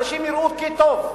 אנשים יראו כי טוב,